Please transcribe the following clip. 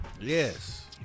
Yes